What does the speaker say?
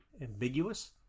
ambiguous